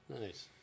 Nice